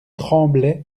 tremblait